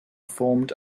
formed